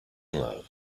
love